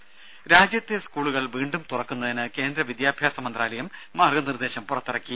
ദേദ രാജ്യത്തെ സ്കൂളുകൾ വീണ്ടും തുറക്കുന്നതിന് കേന്ദ്ര വിദ്യാഭ്യാസ മന്ത്രാലയം മാർഗ നിർദ്ദേശം പുറത്തിറക്കി